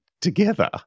together